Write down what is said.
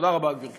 תודה רבה, גברתי.